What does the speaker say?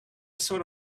sort